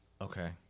Okay